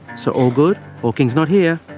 so all good, hawking is not here,